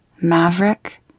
Maverick